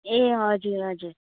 ए हजुर हजुर